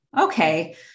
okay